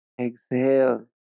exhale